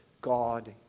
God